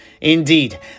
Indeed